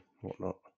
whatnot